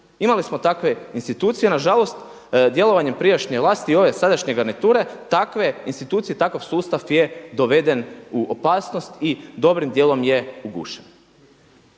Imali smo takve institucije nažalost djelovanjem prijašnje vlasti i ove sadašnje garniture takve institucije, takav sustav je doveden u opasnost i dobrim dijelom je ugušen.